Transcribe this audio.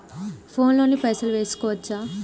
Phone తోని పైసలు వేసుకోవచ్చా?